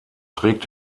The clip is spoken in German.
trägt